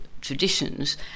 traditions